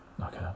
Okay